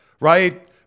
right